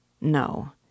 No